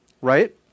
right